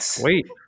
Wait